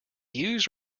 used